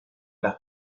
las